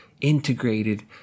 integrated